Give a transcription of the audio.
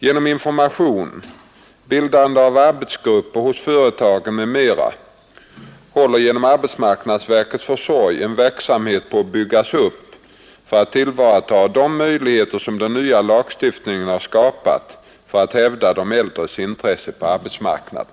Genom information, bildandet av arbetsgrupper hos företagen m.m. haller genom arbetsmarknadsverkets försorg en verksamhet pa att byggas upp för att tillvarata de möjligheter som den nya lagstiftningen har skapat för att hävda de äldres intressen på arbetsmarknaden.